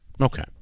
Okay